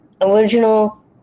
original